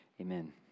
Amen